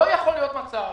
לא יכול להיות מצב